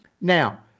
Now